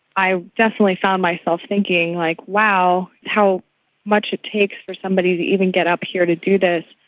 i definitely found myself thinking, like wow, how much it takes for somebody to even get up here to do this.